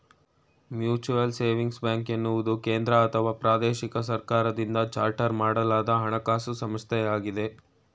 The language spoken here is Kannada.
ಮ್ಯೂಚುಯಲ್ ಸೇವಿಂಗ್ಸ್ ಬ್ಯಾಂಕ್ ಎನ್ನುವುದು ಕೇಂದ್ರಅಥವಾ ಪ್ರಾದೇಶಿಕ ಸರ್ಕಾರದಿಂದ ಚಾರ್ಟರ್ ಮಾಡಲಾದ ಹಣಕಾಸು ಸಂಸ್ಥೆಯಾಗಿದೆ